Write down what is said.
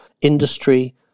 industry